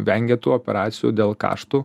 vengia tų operacijų dėl kaštų